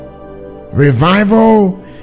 Revival